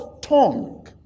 tongue